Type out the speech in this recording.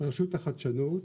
רשות החדשנות,